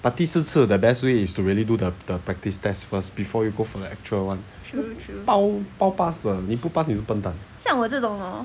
but 第四次 the best way is to really do the the practice tests first before you go from the actual one 包包 pass 的你不 pass 你是笨蛋